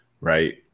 right